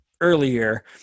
earlier